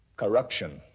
corruption.